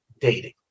dating